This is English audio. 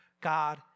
God